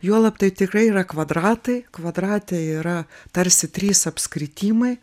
juolab tai tikrai yra kvadratai kvadrate yra tarsi trys apskritimai